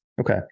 Okay